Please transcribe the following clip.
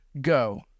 go